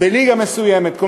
בליגה מסוימת.